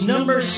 Number